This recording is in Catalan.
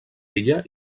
ella